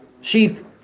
sheep